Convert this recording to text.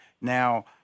Now